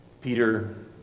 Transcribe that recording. Peter